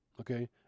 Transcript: Okay